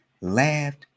Laughed